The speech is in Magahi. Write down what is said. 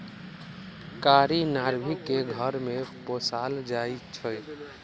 कारी नार्भिक के घर में पोशाल जाइ छइ